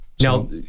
Now